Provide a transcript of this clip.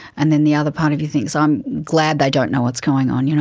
and then the other part of you thinks i'm glad they don't know what's going on. you know